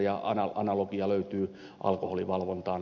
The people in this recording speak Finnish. ja analogia löytyy alkoholivalvontaan